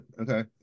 okay